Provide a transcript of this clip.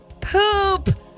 Poop